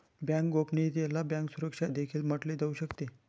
bank गोपनीयतेला bank सुरक्षा देखील म्हटले जाऊ शकते